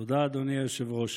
תודה, אדוני היושב-ראש.